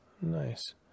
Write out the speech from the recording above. Nice